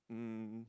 mm